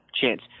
chance